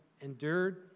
endured